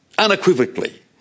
unequivocally